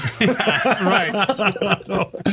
Right